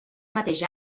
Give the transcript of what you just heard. mateix